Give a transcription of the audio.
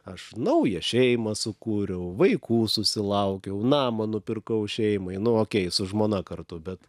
aš naują šeimą sukūriau vaikų susilaukiau namą nupirkau šeimai nu okei su žmona kartu bet